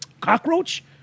cockroach